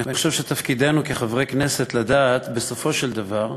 אני חושב שתפקידנו כחברי כנסת לדעת, בסופו של דבר,